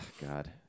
God